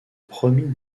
premier